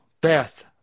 Beth